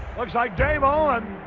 looks like dave owen